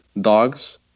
dogs